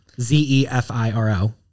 Z-E-F-I-R-O